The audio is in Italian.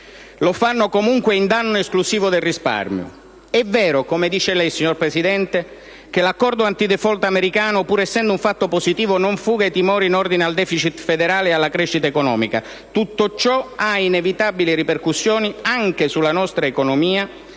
lo fanno comunque in danno esclusivo del risparmio. È vero, come dice lei signor Presidente, che l'accordo anti *default* americano, pur essendo un fatto positivo non fuga i timori in ordine al deficit federale e alla crescita economica. Tutto ciò ha inevitabili ripercussioni anche sulla nostra economia;